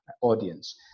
audience